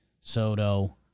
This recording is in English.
Soto